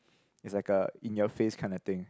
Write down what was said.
it's like a in your face kind of thing